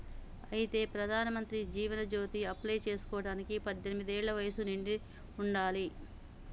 అయితే ప్రధానమంత్రి జీవన్ జ్యోతి అప్లై చేసుకోవడానికి పద్దెనిమిది ఏళ్ల వయసు నిండి ఉండాలి